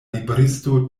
libristo